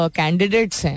candidates